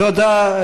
תודה.